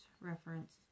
reference